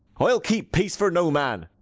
i'll keep peace for no man.